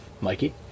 Mikey